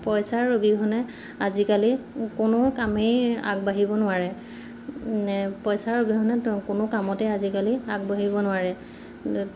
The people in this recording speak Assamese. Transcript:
পইচাৰ অবিহনে আজিকালি কোনো কামেই আগবাঢ়িব নোৱাৰে পইচাৰ অবিহনে কোনো কামতে আজিকালি আগবাঢ়িব নোৱাৰে